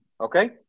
Okay